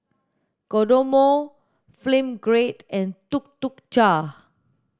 Kodomo Film Grade and Tuk Tuk Cha